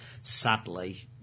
sadly